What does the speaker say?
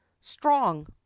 strong